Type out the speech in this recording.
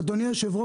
אבי,